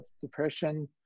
depression